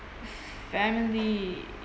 family